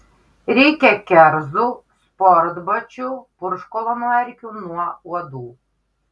reikia kerzų sportbačių purškalo nuo erkių nuo uodų